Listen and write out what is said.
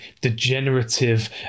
degenerative